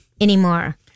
anymore